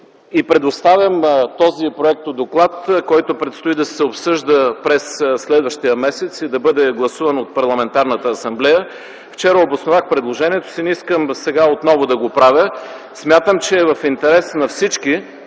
й предоставям този Проектодоклад, който предстои да се обсъжда през следващия месец и да бъде гласуван от Парламентарната асамблея. Вчера обосновах предложението си, не искам сега отново да го правя. Смятам, че е в интерес на всички,